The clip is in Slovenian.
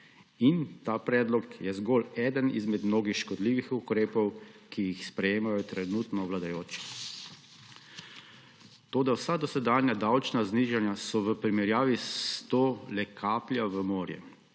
In ta predlog je zgolj eden izmed mnogih škodljivih ukrepov, ki jih sprejemajo trenutno vladajoči. Toda vsa dosedanja davčna znižanja so v primerjavi s to le kaplja v morje.